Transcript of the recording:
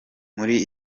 muri